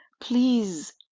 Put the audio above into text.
please